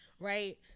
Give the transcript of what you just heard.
Right